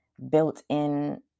built-in